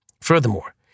Furthermore